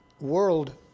world